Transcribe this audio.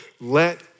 let